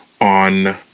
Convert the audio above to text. on